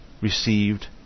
received